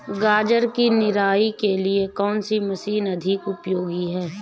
गाजर की निराई के लिए कौन सी मशीन अधिक उपयोगी है?